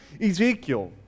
Ezekiel